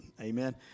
amen